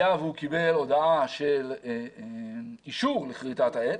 היה והוא קיבל הודעה על אישור לכריתת העץ,